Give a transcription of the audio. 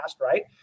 right